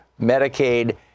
Medicaid